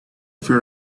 fear